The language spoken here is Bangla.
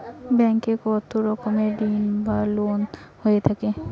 ব্যাংক এ কত রকমের ঋণ বা লোন হয়ে থাকে?